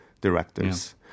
directors